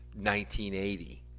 1980